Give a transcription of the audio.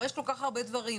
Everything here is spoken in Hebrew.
יש כל כך הרבה דברים,